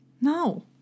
No